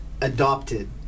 adopted